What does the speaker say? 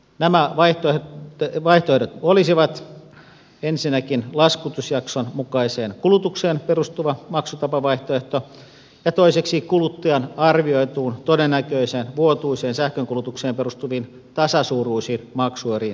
nämä vaihtoehdot olisivat ensinnäkin laskutusjakson mukaiseen kulutukseen perustuva maksutapavaihtoehto ja toiseksi kuluttajan arvioituun todennäköiseen vuotuiseen sähkönkulutukseen pohjautuva tasasuuruisiin maksueriin perustuva maksutapavaihtoehto